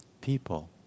people